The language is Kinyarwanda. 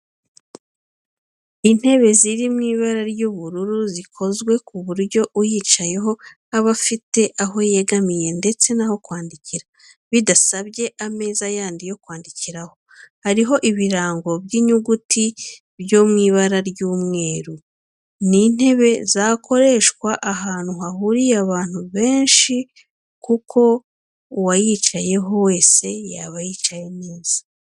Intebe ziri mu ibara ry'ubururu zikozwe ku buryo uyicayeho aba afite aho yegamira ndetse n'aho kwandikira bidasabye ameza yandi yo kwandikiraho, hariho ibirango by'inyuguti byo mu ibara ry'umweru. Ni intebe zakoreshwa ahantu hahuriye abantu benshi kuko uwayicaraho wese yaba yicaye neza.